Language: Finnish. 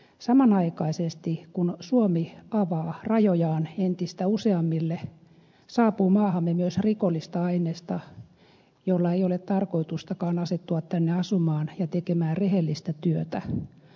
samanaikaisesti kun suomi avaa rajojaan entistä useammille saapuu maahamme myös rikollista ainesta jolla ei ole tarkoitustakaan asettua tänne asumaan ja tekemään rehellistä työtä